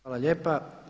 Hvala lijepa.